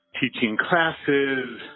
teaching classes,